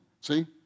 See